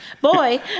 boy